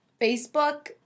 Facebook